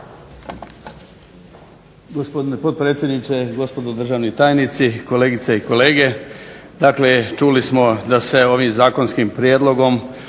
Gospodine potpredsjedniče, gospodo državni tajnici, kolegice i kolege. Dakle čuli smo da se ovim zakonskim prijedlogom